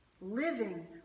living